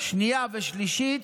שנייה ושלישית.